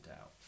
out